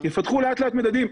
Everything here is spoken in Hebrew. יפתחו לאט לאט מדדים.